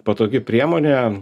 patogi priemonė